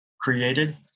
created